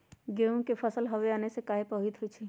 गेंहू के फसल हव आने से काहे पभवित होई छई?